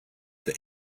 this